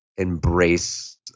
embrace